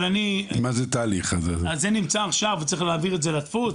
זה נמצא עכשיו, צריך להעביר את זה לדפוס.